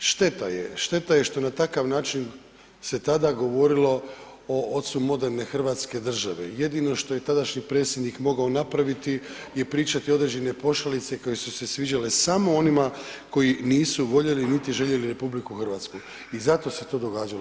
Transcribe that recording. Šteta je, šteta je što na takav način se tada govorilo o ocu moderne hrvatske države, jedino što je tadašnji predsjednik mogao napraviti je pričati određene pošalice koje su se sviđale samo onima koji nisu voljeli niti željeli RH i zato se to događalo.